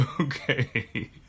Okay